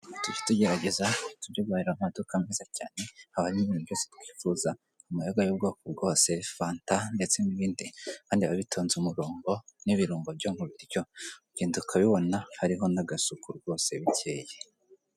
Tujye tugerageza tujye guhahira mu maduka meza cyane, haba harimo ibintu byose twifuza, amayoga y'ubwoko bwose, fanta, ndetse n'ibindi kandi biba bitonze umurongo, n'ibirungo byo mubiryo, uragenda ukabibona, hariho n'agasuku rwose bikeye.